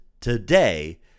today